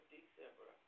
December